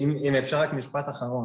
אם אפשר רק משפט אחרון.